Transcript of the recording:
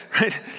right